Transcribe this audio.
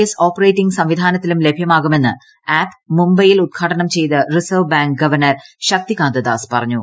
S operating സംവിധാനത്തിലും ലഭ്യമാകുമെന്ന് app മുംബൈയിൽ ഉദ്ഘാടനം ചെയ്ത reserve bank governor Shaktikanta Das പറഞ്ഞു